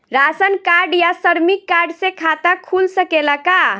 Ration card या श्रमिक card से खाता खुल सकेला का?